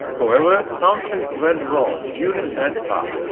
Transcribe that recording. however, something went wrong during that part.